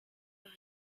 leur